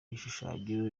igishushanyo